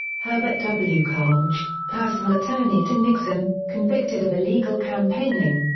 herbert w. kalmbach, personal attorney to nixon, convicted of illegal campaigning.